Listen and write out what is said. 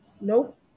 Nope